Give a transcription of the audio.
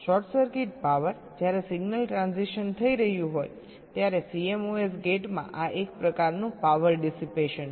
short circuit power જ્યારે signal transition થઈ રહ્યું હોય ત્યારે CMOS ગેટમાં આ એક પ્રકારનું પાવર ડિસીપેશન છે